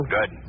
Good